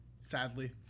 Sadly